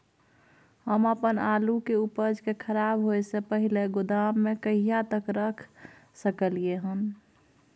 हम अपन आलू के उपज के खराब होय से पहिले गोदाम में कहिया तक रख सकलियै हन?